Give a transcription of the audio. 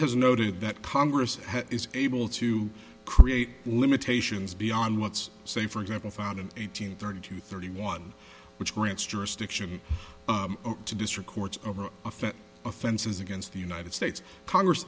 has noted that congress is able to create limitations beyond let's say for example found in eighteen thirty two thirty one which grants jurisdiction to district courts over effect offenses against the united states congress